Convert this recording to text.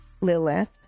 Lilith